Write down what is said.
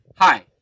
Hi